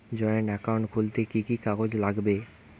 Joint account খুলতে কি কি কাগজ লাগবে?